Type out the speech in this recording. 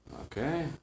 Okay